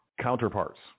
counterparts